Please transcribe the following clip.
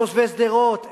תושבי שדרות,